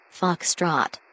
Foxtrot